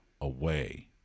away